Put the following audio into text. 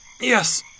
Yes